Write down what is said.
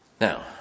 Now